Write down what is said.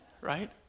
right